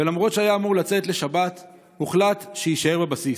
ולמרות שהיה אמור לצאת לשבת הוחלט שיישאר בבסיס.